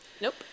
Nope